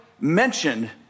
mentioned